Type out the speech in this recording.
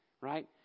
right